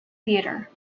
theatre